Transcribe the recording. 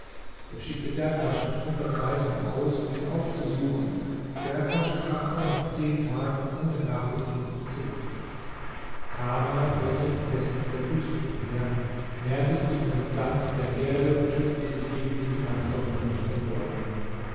er schickte derkasch mit hundert reitern aus um ihn aufzusuchen derkasch kam aber nach zehn tagen ohne nachricht von ihm zurück kana irrte indessen in der wüste umher nährte sich von den pflanzen der erde und schützte sich gegen die mittagssonne unter den bäumen